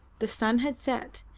the sun had set,